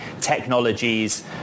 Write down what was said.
technologies